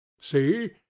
See